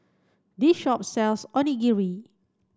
this shop sells Onigiri